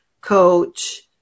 coach